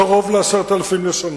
קרוב ל-10,000 לשנה.